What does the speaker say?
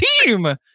team